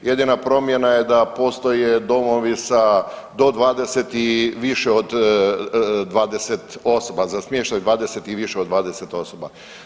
Jedina promjena je da postoje domovi sa do 20 i više od 20 osoba za smještaj 20 i više od 20 osoba.